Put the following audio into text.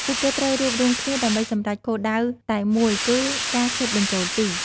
ពួកគេត្រូវរួបរួមគ្នាដើម្បីសម្រេចគោលដៅតែមួយគឺការស៊ុតបញ្ចូលទី។